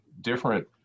different